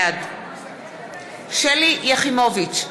בעד שלי יחימוביץ,